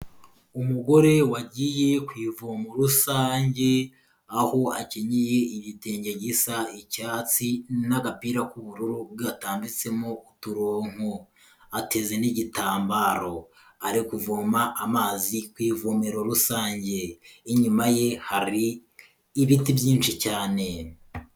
Umugore wagiye ku ivomo rusange aho akenyeye igitenge gisa icyatsi n'agapira k'ubururu gatambitsemo uturonko ateze n'igitambaro, ari kuvoma amazi ku ivomero rusange, inyuma ye hari ibiti byinshi cyane.